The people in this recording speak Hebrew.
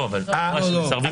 לא, היא אמרה שמסרבים להיבדק.